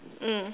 mm